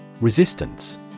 Resistance